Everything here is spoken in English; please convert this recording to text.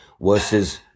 versus